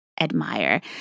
admire